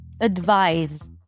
advise